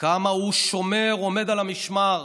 כמה הוא שומר, עומד על המשמר